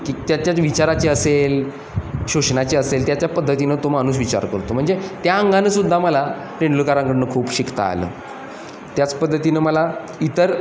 की त्याच्याच विचाराचे असेल शोषणाचे असेल त्याच्या पद्धतीनं तो माणूस विचार करतो म्हणजे त्या अंगानेसुद्धा मला तेंडुलकरांकडून खूप शिकता आलं त्याच पद्धतीनं मला इतर